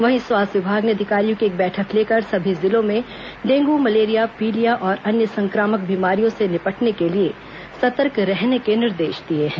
वहीं स्वास्थ्य विभाग ने अधिकारियों की एक बैठक लेकर सभी जिलों में डेंग् मलेरिया पीलिया और अन्य संक्रामक बीमारियों से निपटने के लिए सतर्क रहने के निर्देश दिए हैं